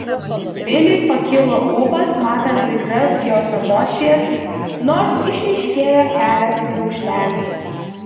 viliui pakilo ūpas matant tikras jos emocijas nors išryškėjo keletas raukšlelių